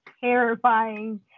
terrifying